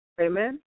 Amen